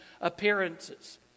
appearances